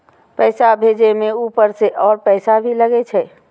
पैसा भेजे में ऊपर से और पैसा भी लगे छै?